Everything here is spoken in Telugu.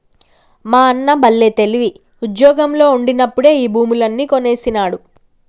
మా అన్న బల్లే తెలివి, ఉజ్జోగంలో ఉండినప్పుడే ఈ భూములన్నీ కొనేసినాడు